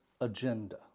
agenda